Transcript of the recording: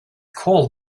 called